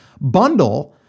bundle